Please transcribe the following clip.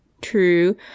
True